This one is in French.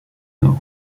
nord